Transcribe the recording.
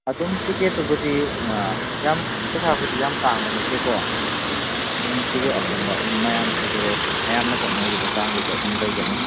ꯑꯗꯨꯝ ꯇꯤꯛꯀꯦꯠꯇꯨꯕꯨꯗꯤ ꯌꯥꯝ ꯄꯩꯁꯥꯕꯨꯗꯤ ꯌꯥꯝ ꯇꯥꯡꯕ ꯅꯠꯇꯦꯀꯣ ꯑꯗꯨꯝ ꯇꯤꯛꯀꯦꯠ ꯑꯍꯣꯡꯕ ꯑꯗꯨꯝ ꯃꯌꯥꯝ ꯑꯦꯚꯔꯦꯖ ꯃꯌꯥꯝꯅ ꯀꯛꯅꯔꯤꯕ ꯆꯥꯡꯗꯨꯗ ꯑꯗꯨꯝ ꯂꯩꯒꯅꯤ